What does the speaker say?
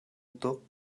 tuk